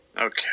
Okay